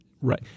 Right